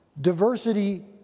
Diversity